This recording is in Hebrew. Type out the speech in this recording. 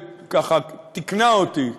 ככה תקנה אותי: